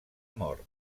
mort